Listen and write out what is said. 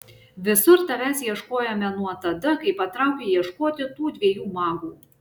visur tavęs ieškojome nuo tada kai patraukei ieškoti tų dviejų magų